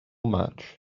match